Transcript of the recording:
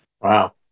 Wow